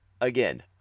again